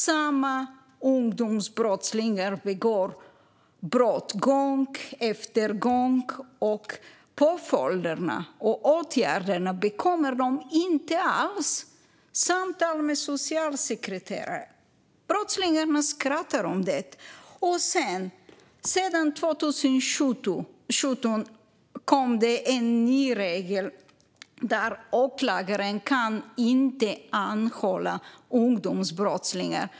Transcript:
Samma ungdomsbrottslingar begår brott gång efter gång, och påföljderna och åtgärderna bekommer dem inte alls. Samtal med socialsekreterare - brottslingarna skrattar åt det! År 2017 kom en ny regel att åklagare inte kan anhålla ungdomsbrottslingar.